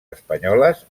espanyoles